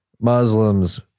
Muslims